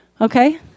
Okay